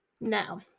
now